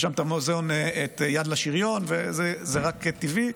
יש שם את יד לשריון וזה רק טבעי,